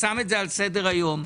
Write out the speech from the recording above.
את זה על סדר היום,